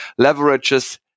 leverages